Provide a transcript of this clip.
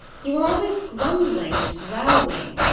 you are always grumbling and growling,